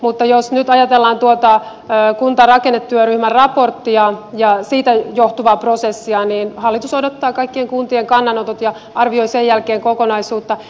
mutta jos nyt ajatellaan tuota kuntarakennetyöryhmän raporttia ja siitä johtuvaa prosessia niin hallitus odottaa kaikkien kuntien kannanottoja ja arvioi sen jälkeen kokonaisuutta